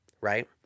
right